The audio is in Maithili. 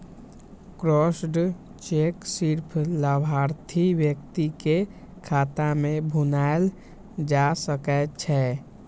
क्रॉस्ड चेक सिर्फ लाभार्थी व्यक्ति के खाता मे भुनाएल जा सकै छै